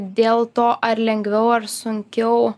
dėl to ar lengviau ar sunkiau